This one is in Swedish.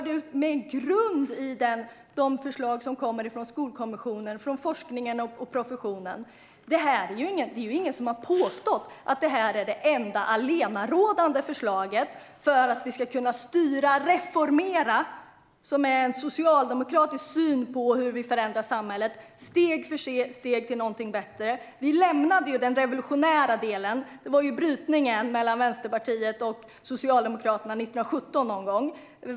Det grundar vi på de förslag som kommer från Skolkommissionen, från forskningen och från professionen. Det är ju ingen som har påstått att det här är det enda allenarådande förslaget för att man, enligt Socialdemokraternas syn, ska kunna styra och reformera. Det är Socialdemokraternas syn på hur man ska förändra samhället steg för steg till någonting bättre. Vi lämnade den revolutionära delen genom brytningen mellan Vänsterpartiet och Socialdemokraterna 1917.